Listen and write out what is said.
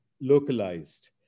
localized